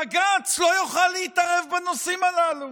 בג"ץ לא יוכל להתערב בנושאים הללו